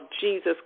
Jesus